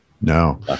No